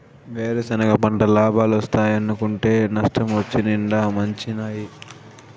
వేరుసెనగ పంటల్ల లాబాలోస్తాయనుకుంటే నష్టమొచ్చి నిండా ముంచినాయి